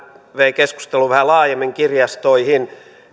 vei keskustelun vähän laajemmin kirjastoihin että